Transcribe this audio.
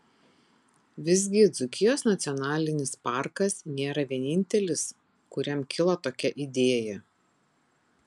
visgi dzūkijos nacionalinis parkas nėra vienintelis kuriam kilo tokia idėja